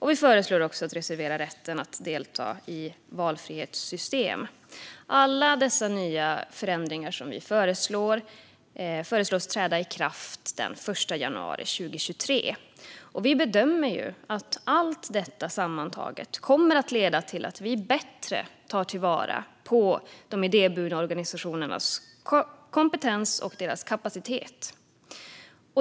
Vi föreslår också att reservera rätten att delta i valfrihetssystem. Alla dessa nya förändringar föreslås träda i kraft den 1 januari 2023. Vi bedömer att allt detta sammantaget kommer att leda till att vi bättre tar till vara de idéburna organisationernas kompetens och kapacitet.